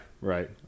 Right